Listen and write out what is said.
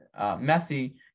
Messi